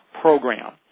program